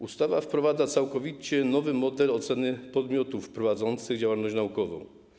Ustawa wprowadza całkowicie nowy model oceny podmiotów prowadzących działalność naukową.